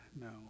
no